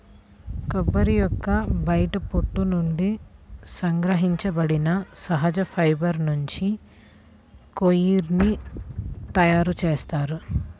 కొబ్బరి యొక్క బయటి పొట్టు నుండి సంగ్రహించబడిన సహజ ఫైబర్ నుంచి కోయిర్ ని తయారు చేస్తారు